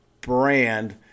brand